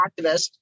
activist